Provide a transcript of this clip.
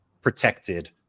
protected